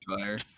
fire